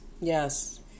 Yes